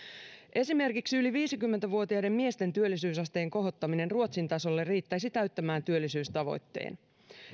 esimerkiksi yli viisikymmentä vuotiaiden miesten työllisyysasteen kohottaminen ruotsin tasolle riittäisi täyttämään työllisyystavoitteen